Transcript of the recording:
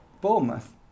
Bournemouth